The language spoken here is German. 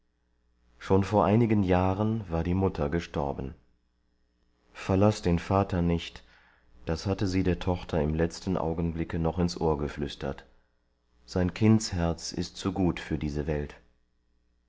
schon vor einigen jahren war die mutter gestorben verlaß den vater nicht das hatte sie der tochter im letzten augenblicke noch ins ohr geflüstert sein kindsherz ist zu gut für diese welt